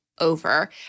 over